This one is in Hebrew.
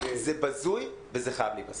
זה בזוי וזה חייב להיפסק.